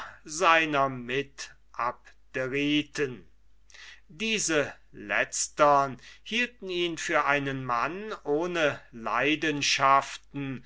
seiner mitabderiten diese letztern hielten ihn für einen mann ohne leidenschaften